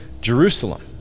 Jerusalem